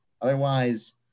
otherwise